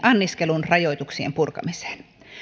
anniskelun rajoituksien purkamiseen